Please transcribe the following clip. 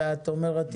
ואת אומרת,